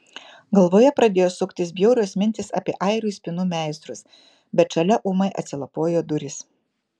galvoje pradėjo suktis bjaurios mintys apie airių spynų meistrus bet šalia ūmai atsilapojo durys